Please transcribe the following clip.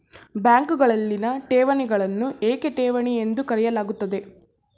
ಬ್ಯಾಂಕುಗಳಲ್ಲಿನ ಠೇವಣಿಗಳನ್ನು ಏಕೆ ಠೇವಣಿ ಎಂದು ಕರೆಯಲಾಗುತ್ತದೆ?